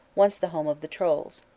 once the home of the trolls.